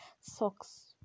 socks